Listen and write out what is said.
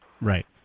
Right